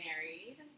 married